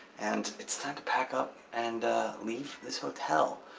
and it's time to pack up and leave this hotel.